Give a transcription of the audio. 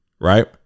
Right